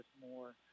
more